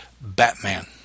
Batman